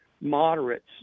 moderates